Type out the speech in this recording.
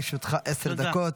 בבקשה, לרשותך עשר דקות.